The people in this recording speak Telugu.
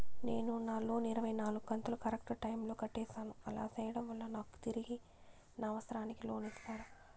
నేను నా లోను ఇరవై నాలుగు కంతులు కరెక్టు టైము లో కట్టేసాను, అలా సేయడం వలన నాకు తిరిగి నా అవసరానికి లోను ఇస్తారా?